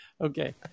Okay